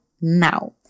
now